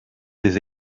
des